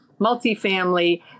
multifamily